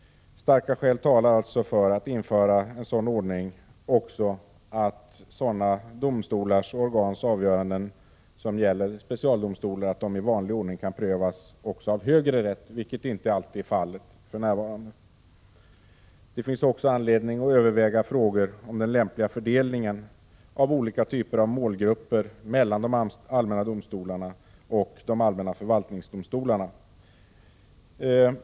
Starka skäl talar alltså för att införa regler som gör att avgöranden inom domstolar och organ som gäller specialdomstolar i vanlig ordning kan prövas också av högre rätt, vilket för närvarande inte alltid är fallet. Det finns vidare anledning att överväga frågor om den lämpliga fördelningen av olika typer av målgrupper mellan de allmänna domstolarna och de allmänna förvaltningsdomstolarna.